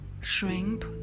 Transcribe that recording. Shrimp